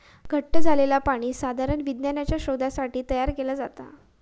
घट्ट झालंला पाणी साधारण विज्ञानाच्या शोधासाठी तयार केला जाता